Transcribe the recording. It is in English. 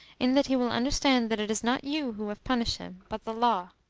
in that he will understand that it is not you who have punished him, but the law.